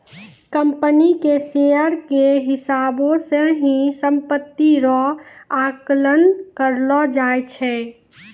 company के share के हिसाबौ से ही सम्पत्ति रो आकलन करलो जाय छै